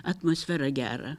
atmosferą gerą